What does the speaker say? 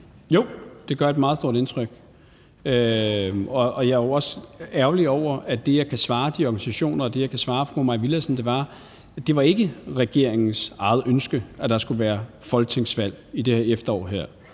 Jo, det gør et meget stort indtryk, og jeg er jo også ærgerlig over, at det, jeg kan svare de organisationer, og det, jeg kan svare fru Mai Villadsen, er, at det ikke var regeringens eget ønske, at der skulle være folketingsvalg i det her efterår.